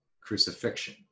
crucifixion